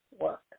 work